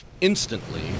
Instantly